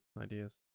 ideas